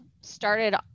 started